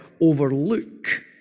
overlook